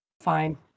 fine